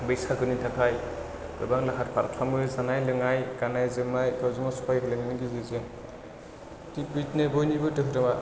बैसागुनि थाखाय गोबां लाहार फाहार खालामो जानाय लोंनाय गान्नाय जोमनाय गावजों गाव सहाय होलायनायनि गेजेरजों थिग बिदिनो बयनिबो धोरोमा